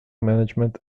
management